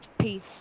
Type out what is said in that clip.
peace